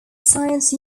signs